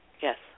Yes